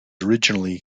originally